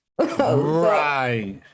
Right